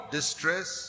Distress